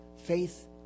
Faith